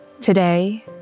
Today